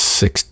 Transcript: six